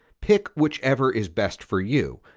pick whichever is best for you.